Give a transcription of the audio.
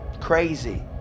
crazy